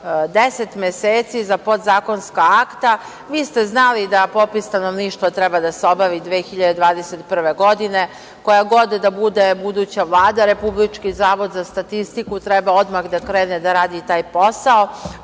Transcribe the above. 10 meseci za podzakonska akta. Vi ste znali da popis stanovništva treba da se obavi 2021. godine, koja god da bude buduća Vlada Republički zavod za statistiku treba odmah da krene da radi taj posao.